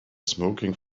smoking